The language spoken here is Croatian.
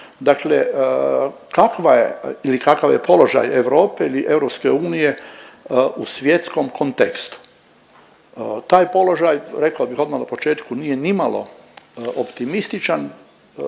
dakle kakav je položaj Europe ili EU u svjetskom kontekstu. Taj položaj rekao bih odmah na početku nije nimalo optimističan